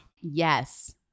Yes